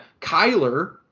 Kyler